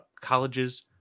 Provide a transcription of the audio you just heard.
colleges